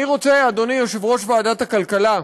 אני רוצה, אדוני יושב-ראש ועדת הכלכלה,